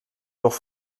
durch